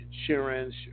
insurance